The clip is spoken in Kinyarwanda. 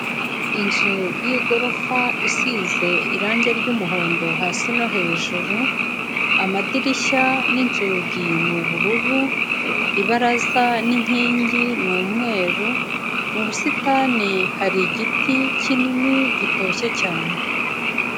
Inzu y'gorofa isize irangi ry'umuhondo, hasi no hejuru, amadirishya n'inzugi ni ubururu, ibaraza n'inkingi ni umweru, mu busitani hari igiti kinini gitoshye cyane.